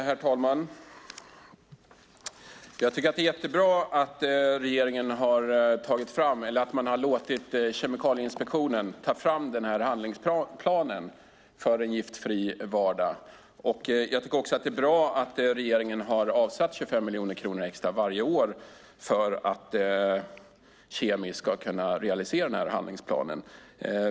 Herr talman! Jag tycker att det är jättebra att regeringen har låtit Kemikalieinspektionen ta fram den här handlingsplanen för en giftfri vardag. Jag tycker också att det är bra att regeringen har avsatt 25 miljoner kronor extra varje år för att KemI ska kunna realisera den här handlingsplanen.